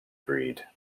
breed